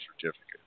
certificate